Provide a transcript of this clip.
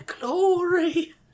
glory